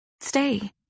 Stay